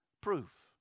proof